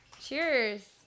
Cheers